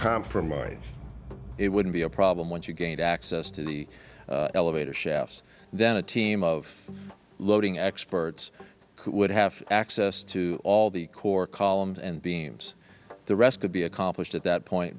compromise it wouldn't be a problem once you gain access to the elevator shaft then a team of loading experts would have access to all the core columns and beams the rest could be accomplished at that point